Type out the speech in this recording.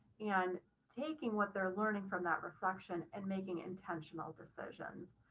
and taking what they're learning from that reflection and making intentional decisions.